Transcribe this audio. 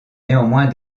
néanmoins